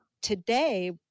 today